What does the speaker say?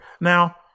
Now